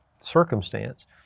circumstance